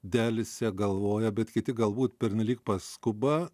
delsia galvoja bet kiti galbūt pernelyg paskuba